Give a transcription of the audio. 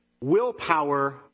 willpower